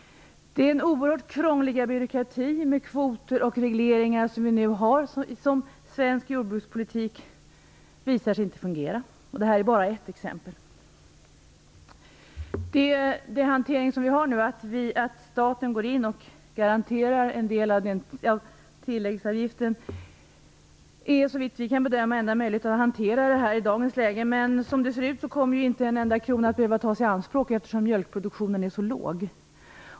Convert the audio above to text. Det är en oerhört krånglig byråkrati med kvoter och regleringar som vi nu har och som inte visar sig fungera i svensk jordbrukspolitik. Detta är bara ett exempel. Att staten går in och garanterar en del av tilläggsavgiften är såvitt vi kan bedöma den enda möjligheten att i dag hantera detta i dagens läge. Men som det ser ut kommer inte en enda krona att behöva tas i anspråk, eftersom mjölkproduktionen är så låg.